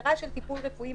ההגדרה של טיפול רפואי,